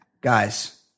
guys